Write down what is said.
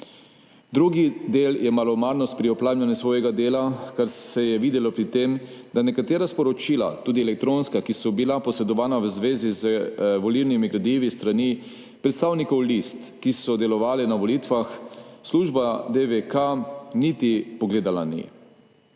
Drugi del je malomarnost pri opravljanju svojega dela, kar se je videlo pri tem, da nekatera sporočila, tudi elektronska, ki so bila posredovana v zvezi z volilnimi gradivi s strani predstavnikov list, ki so delovale na volitvah, služba DVK niti pogledala ni.